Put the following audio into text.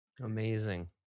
amazing